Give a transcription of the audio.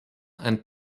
and